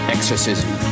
Exorcism